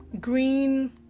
green